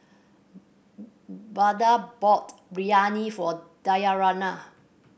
Vada bought Riryani for Dayanara